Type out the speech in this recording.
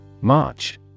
March